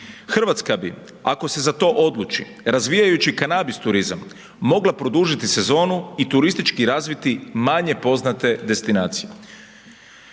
Hrvatska bi, ako se za to odluči, razvijajući kanabis turizam, mogla produžiti sezonu i turistički razviti manje poznate destinacije.